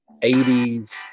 80s